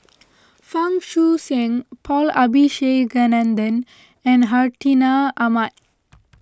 Fang Guixiang Paul Abisheganaden and Hartinah Ahmad